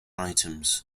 items